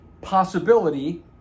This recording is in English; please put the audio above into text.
possibility